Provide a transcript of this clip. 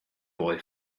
boy